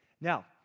Now